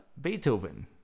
Beethoven